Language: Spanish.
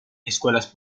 escuelas